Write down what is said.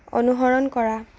অনুসৰণ কৰা